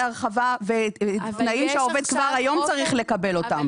הרחבה ותנאים שהעובד כבר היום צריך לקבל אותם.